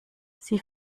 sie